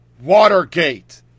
Watergate